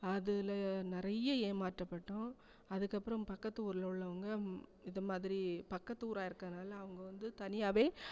அதில் நிறைய ஏமாற்றப்பட்டோம் அதுக்கப்புறம் பக்கத்து ஊரில் உள்ளவங்கள் இதுமாதிரி பக்கத்துக்கு ஊராக இருக்கிறதுனால அவங்க வந்து தனியாகவே